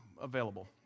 available